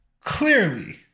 Clearly